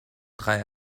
drei